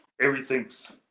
everything's